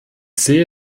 sehe